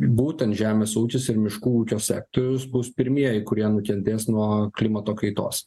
būtent žemės ūkis ir miškų ūkio sektorius bus pirmieji kurie nukentės nuo klimato kaitos